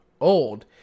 old